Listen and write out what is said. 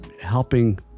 helping